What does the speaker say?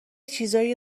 چیزایی